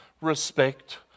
respect